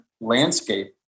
landscape